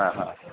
हां हां